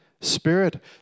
Spirit